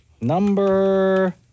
Number